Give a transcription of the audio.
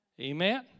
Amen